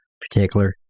particular